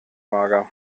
mager